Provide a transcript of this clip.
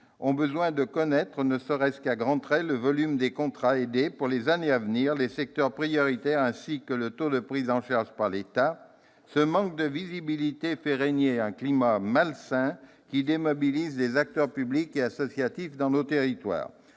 ont besoin de connaître, ne serait-ce qu'à grands traits, le volume des contrats aidés pour les années à venir, les secteurs prioritaires ainsi que le taux de prise en charge par l'État. Ce manque de visibilité fait régner un climat malsain, qui démobilise les acteurs publics et associatifs dans nos territoires.